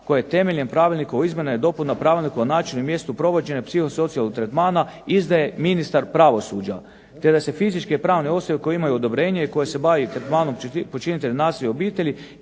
koje temeljem Pravilnika o izmjenama i dopunama Pravilnika o načinu i mjestu provođenja psihosocijalnog tretmana izdaje ministar pravosuđa te da se fizičke i pravne osobe koje imaju odobrenje i koje se bave tretmanom počinitelja nasilja u obitelji